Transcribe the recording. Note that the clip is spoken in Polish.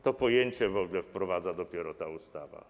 To pojęcie w ogóle wprowadza dopiero ta ustawa.